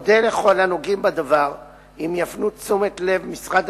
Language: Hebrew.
אודה לכל הנוגעים בדבר אם יפנו תשומת לב משרד